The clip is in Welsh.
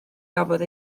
gafodd